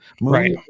right